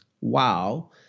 Wow